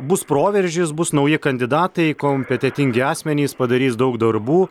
bus proveržis bus nauji kandidatai kompetentingi asmenys padarys daug darbų